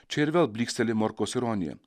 čia ir vėl blyksteli morkaus ironija